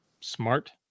smart